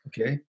Okay